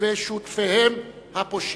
ושותפיהם הפושעים.